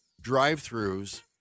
drive-throughs